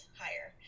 higher